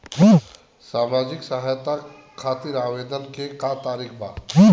सामाजिक सहायता खातिर आवेदन के का तरीका बा?